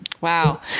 Wow